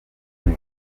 umwe